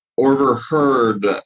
overheard